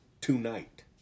tonight